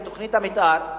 בתוכנית המיתאר,